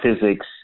physics